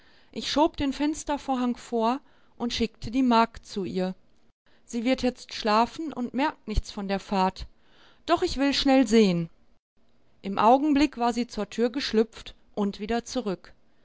ich schob den fenstervorhang vor und schickte die magd zu ihr sie wird jetzt schlafen und merkt nichts von der fahrt doch ich will schnell sehen im augenblick war sie zur tür geschlüpft und wieder zurück